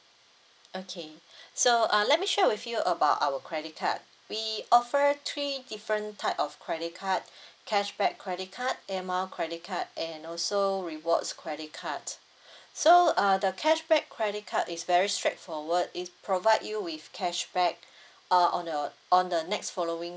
okay so uh let me share with you about our credit card we offer three different type of credit card cashback credit card air mile credit card and also rewards credit card so uh the cashback credit card is very straightforward it provide you with cashback uh on the on the next following